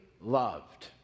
loved